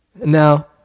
Now